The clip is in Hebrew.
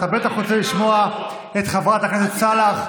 אתה בטח רוצה לשמוע את חברת הכנסת סאלח.